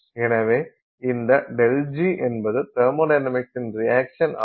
எனவே இந்த ΔG என்பது தெர்மொடைனமிக்ஸின் ரியாக்சன் ஆகும்